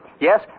Yes